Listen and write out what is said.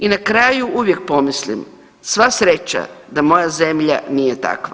I na kraju uvijek pomislim sva sreća da moja zemlja nije takva.